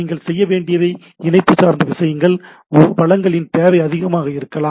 நீங்கள் செய்ய வேண்டியவை இணைப்பு சார்ந்த இருந்தால் வளங்களின் தேவை அதிகமாக இருக்கலாம்